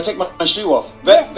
like my ah shoe off? vex,